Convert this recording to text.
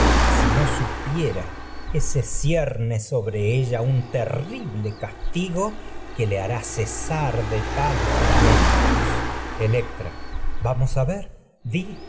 y no le haría mención de nada sobre ella un no cierne terrible cas tigo le hará cesar de tales lamentos electra electra vamos a ver di